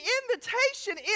invitation